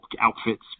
outfits